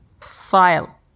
file